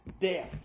death